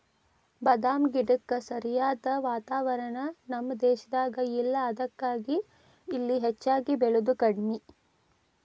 ಬಾದಾಮ ಗಿಡಕ್ಕ ಸರಿಯಾದ ವಾತಾವರಣ ನಮ್ಮ ದೇಶದಾಗ ಇಲ್ಲಾ ಅದಕ್ಕಾಗಿ ಇಲ್ಲಿ ಹೆಚ್ಚಾಗಿ ಬೇಳಿದು ಕಡ್ಮಿ